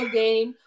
game